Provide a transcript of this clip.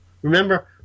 Remember